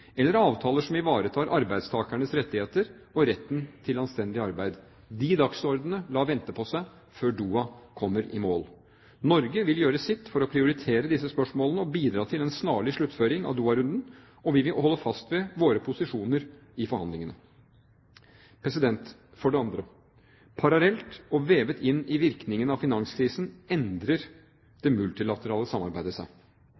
eller avtaler som ivaretar arbeidstakernes rettigheter og retten til anstendig arbeid. De dagsordenene lar vente på seg – til Doha kommer i mål. Norge vil gjøre sitt for å prioritere disse spørsmålene og bidra til en snarlig sluttføring av Doha-runden, og vi vil holde fast ved våre posisjoner i forhandlingene. For det andre: Parallelt og vevet inn i virkningene av finanskrisen endrer det multilaterale samarbeidet seg.